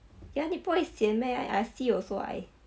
你不会 sian meh I see also I